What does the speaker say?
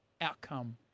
outcome